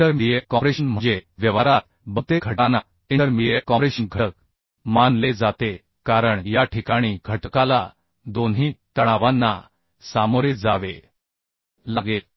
intermediate compression म्हणजे व्यवहारात बहुतेक घटकाना इंटरमीडिएट कॉम्प्रेशन घटक मानले जाते कारण या ठिकाणी घटकाला दोन्ही तणावांना सामोरे जावे लागेल